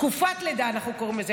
"תקופת לידה", אנחנו קוראים לזה.